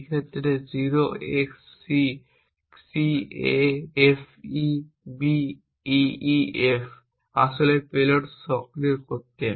এই ক্ষেত্রে 0xcCAFEBEEF আসলে পেলোড সক্রিয় করতে